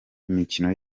imikino